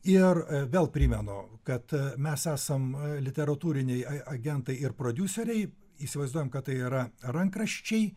ir vėl primenu kad mes esam literatūriniai a agentai ir prodiuseriai įsivaizduojam kad tai yra rankraščiai